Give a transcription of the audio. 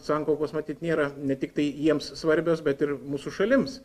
sankaupos matyt nėra ne tiktai jiems svarbios bet ir mūsų šalims